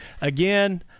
again